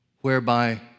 whereby